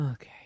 Okay